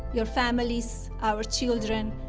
your families, our children,